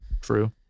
true